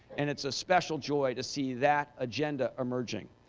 and it's a special joy to see that agenda emerging.